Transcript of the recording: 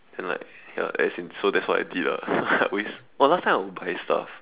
and like ya as in so that's what I did ah I always oh last time I will always buy stuff